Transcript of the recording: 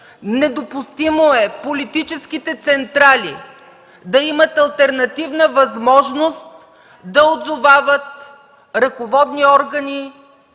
Недопустимо е политическите централи да имат алтернативна възможност да отзовават ръководни органи,